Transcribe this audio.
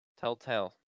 Telltale